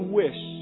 wish